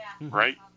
Right